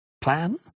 plan